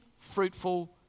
fruitful